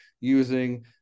using